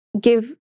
give